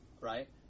right